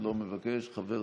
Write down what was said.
מבקש להוסיף את קולך בעד,